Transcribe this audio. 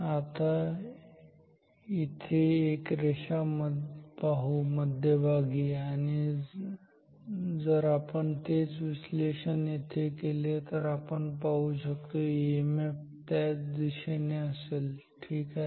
आता इथे एक रेषा पाहू मध्यभागी आणि जर आपण तेच विश्लेषण येथे केले तर आपण पाहू शकतो ईएमएफ त्याच दिशेने असेल ठीक आहे